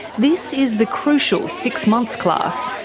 this is the crucial six-months class,